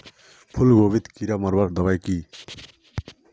फूलगोभीत कीड़ा मारवार दबाई की?